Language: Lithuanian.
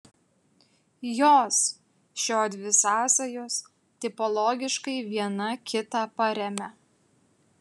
jos šiodvi sąsajos tipologiškai viena kitą paremia